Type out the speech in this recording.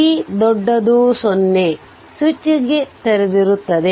t 0 ಗೆ switch ತೆರೆದಿರುತ್ತದೆ